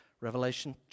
Revelation